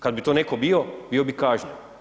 Kad bi to neko bio bio bi kažnjen.